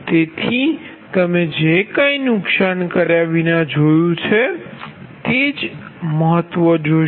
તેથી તમે જે કંઈ નુકસાન કર્યા વિના જોયું છે તે જ મહત્વ જોશો